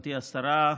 גברתי השרה,